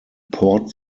port